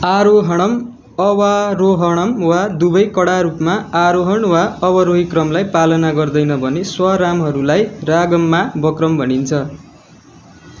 आरोहणं अवारोहणं वा दुवै कडा रूपमा आरोहण वा अवरोही क्रमलाई पालना गर्दैन भने स्वरामहरूलाई रागममा वक्रम भनिन्छ